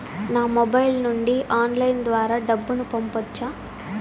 నా మొబైల్ నుండి ఆన్లైన్ ద్వారా డబ్బును పంపొచ్చా